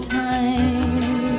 time